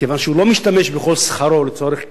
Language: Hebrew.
כיוון שהוא לא משתמש בכל שכרו לצורך רכישות,